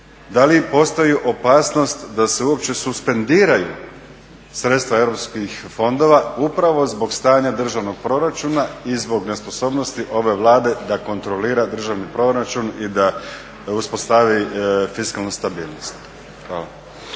da li postoji opasnost da se uopće suspendiraju sredstva europskih fondova upravo zbog stanja državnog proračuna i zbog nesposobnosti ove Vlade da kontrolira državni proračun i da uspostavi fiskalnu stabilnost.